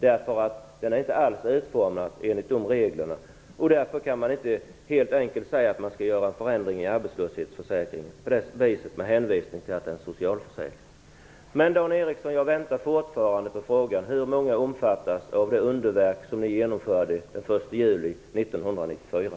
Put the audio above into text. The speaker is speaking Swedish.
Den är nämligen inte alls utformad enligt de reglerna. Därför kan man inte säga att man skall göra förändringar i arbetslöshetsförsäkringen med hänvisning till att det är en socialförsäkring. Dan Ericsson, jag väntar fortfarande på ett svar på frågan om hur många som omfattas av det underverk som ni genomförde den 1 juli 1994.